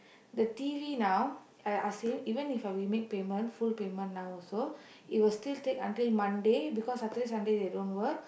the T_V now I ask him even if we make payment full payment now also it will still take until Monday because Saturday Sunday they don't work